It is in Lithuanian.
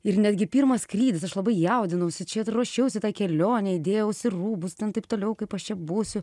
ir netgi pirmas skrydis aš labai jaudinausi čia ruošiausi kelionei dėjausi rūbus ten taip toliau kaip aš čia būsiu